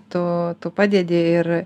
tu tu padedi ir